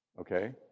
okay